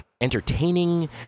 entertaining